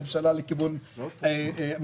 הממשלה לכיוון מועצות,